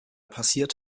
passiert